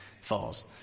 falls